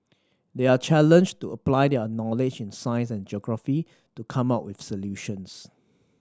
they are challenged to apply their knowledge in science and geography to come up with solutions